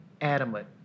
adamant